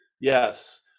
yes